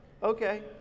Okay